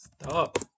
Stop